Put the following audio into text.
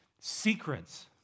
secrets